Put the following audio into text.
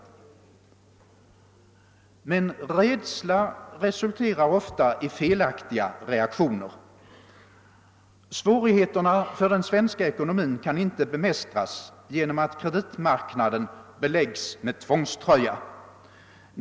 Men rädsla resulterar ofta i felaktiga reaktioner. Svårigheterna för den svenska ekonomin kan inte bemästras genom att kreditmarknaden beläggs med tvångströja.